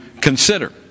consider